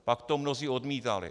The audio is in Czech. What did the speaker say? Pak to mnozí odmítali.